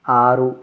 ఆరు